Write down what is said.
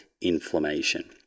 inflammation